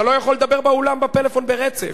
אתה לא יכול לדבר באולם בפלאפון ברצף.